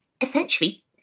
essentially